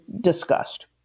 discussed